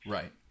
Right